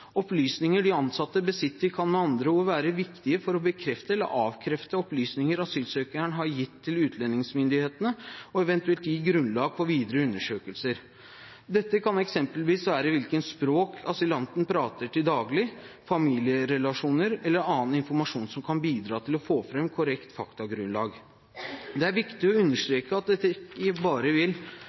Opplysninger de ansatte besitter, kan med andre ord være viktige for å bekrefte eller avkrefte opplysninger asylsøkeren har gitt til utlendingsmyndighetene, og eventuelt gi grunnlag for videre undersøkelser. Dette kan eksempelvis være hvilket språk asylanten prater til daglig, familierelasjoner eller annen informasjon som kan bidra til å få fram korrekt faktagrunnlag. Det er viktig å understreke at dette ikke bare vil